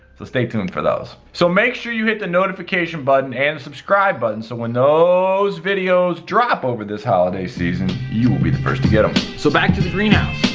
so stay tuned for those. so, make sure you hit the notification button and subscribe button. so when those videos drop over this holiday season you will be the first to get them. so back to the greenhouse.